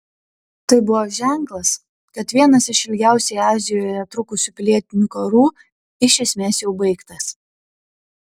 tai buvo ženklas kad vienas iš ilgiausiai azijoje trukusių pilietinių karų iš esmės jau baigtas